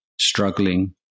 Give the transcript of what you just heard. struggling